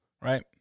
right